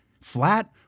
Flat